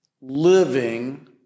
living